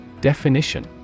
Definition